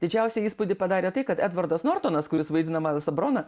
didžiausią įspūdį padarė tai kad edvardas nortonas kuris vaidina mailsą borną